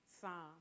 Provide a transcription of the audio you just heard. Psalm